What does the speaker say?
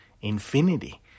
infinity